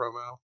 promo